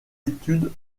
études